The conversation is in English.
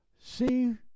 see